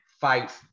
fights